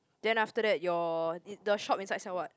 then after that your the shop is outside what